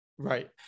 right